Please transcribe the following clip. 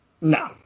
No